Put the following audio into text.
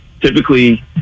Typically